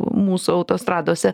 mūsų autostradose